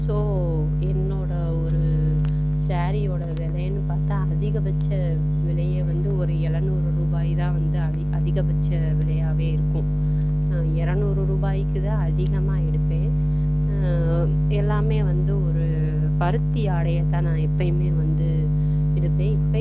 so என்னோடய ஒரு ஸாரியோடய விலைன்னு பார்த்தா அதிகபட்ச விலையே வந்து ஒரு எழுநூறு ரூபாய்தான் வந்து அதிகபட்ச விலையாகவே இருக்கும் எரநூறு ரூபாய்க்குதான் அதிகமாக எடுப்பேன் எல்லாமே வந்து ஒரு பருத்தி ஆடையைத்தான் நான் எப்போயுமே வந்து எடுப்பேன்